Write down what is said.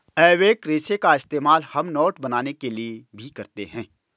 एबेक रेशे का इस्तेमाल हम नोट बनाने के लिए भी करते हैं